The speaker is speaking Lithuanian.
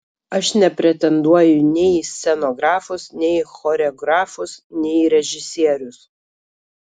aš nepretenduoju nei į scenografus nei į choreografus nei į režisierius